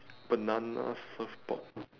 banana surfboard